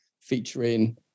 featuring